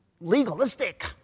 legalistic